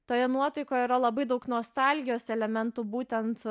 toje nuotaikoje yra labai daug nostalgijos elementų būtent